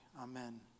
Amen